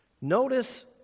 Notice